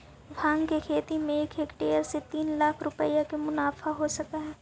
भाँग के खेती में एक हेक्टेयर से तीन लाख रुपया के मुनाफा हो सकऽ हइ